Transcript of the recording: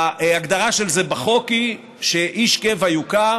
ההגדרה של זה בחוק היא שאיש קבע יוכר